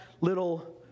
little